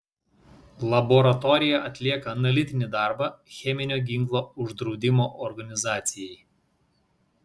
laboratorija atlieka analitinį darbą cheminio ginklo uždraudimo organizacijai